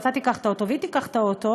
אתה תיקח את האוטו והיא תיקח את האוטו,